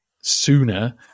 sooner